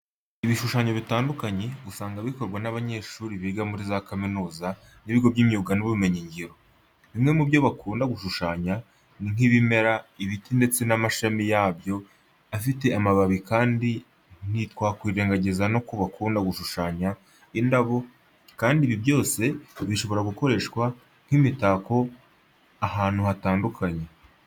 Ibishushanyo bitandukanye usanga bikorwa n'abanyeshuri biga muri za kaminuza n'ibigo by'imyuga n'ubumenyingiro. Bimwe mu byo bakunda gushushanya ni nk'ibimera, ibiti ndetse n'amashami yabyo afite n'amababi kandi ntitwakwirengagiza ko bakunda no gushushanya indabo kandi ibi byose bishobora gukoreshwa nk'imitako ahantu hatandukanye.